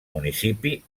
municipi